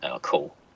Cool